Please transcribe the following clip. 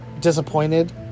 Disappointed